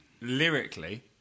lyrically